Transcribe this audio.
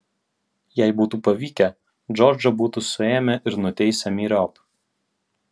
jei būtų pavykę džordžą būtų suėmę ir nuteisę myriop